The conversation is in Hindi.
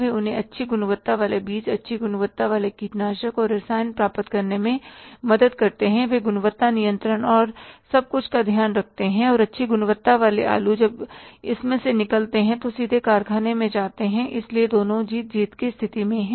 वे उन्हें अच्छी गुणवत्ता वाले बीज अच्छी गुणवत्ता वाले कीटनाशक और रसायन प्राप्त करने में मदद करते हैं वे गुणवत्ता नियंत्रण और सब कुछ का ध्यान रखते हैं और अच्छी गुणवत्ता वाले आलू जब इसमें से निकलते हैं तो सीधे कारखाने में जाते हैं इसलिए दोनों जीत जीत की स्थिति में हैं